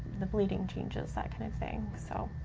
the bleeding changes, that kind of thing. so